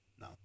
No